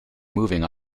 moving